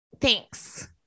thanks